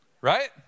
Right